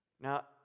Now